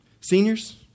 Seniors